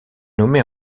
nommée